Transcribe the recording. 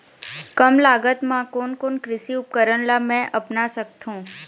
कम लागत मा कोन कोन कृषि उपकरण ला मैं अपना सकथो?